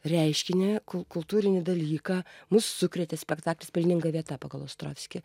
reiškinį kul kultūrinį dalyką mus sukrėtė spektaklis pelninga vieta pagal ostrovskį